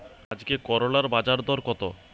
আজকে করলার বাজারদর কত?